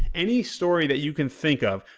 any story that you can think of,